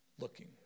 looking